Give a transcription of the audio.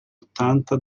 ottanta